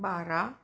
बारा